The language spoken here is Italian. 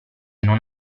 non